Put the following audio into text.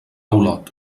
olot